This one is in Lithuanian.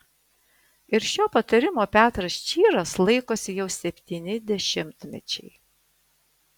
ir šio patarimo petras čyras laikosi jau septyni dešimtmečiai